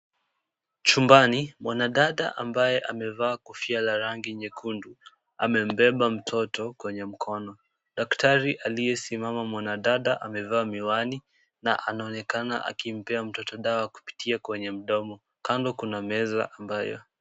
Chumbani mwanadada ambaye amevaa kofia la rangi nyekundu amembeba mtoto kwenye mkono, daktari aliyesimama. Mwana dada amevaa miwani na anaonekana akimpea mtoto dawa kupitia kwenye mdomo. Kando kuna meza ambayo...